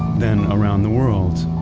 then around the world,